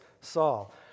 Saul